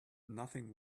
nothing